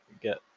get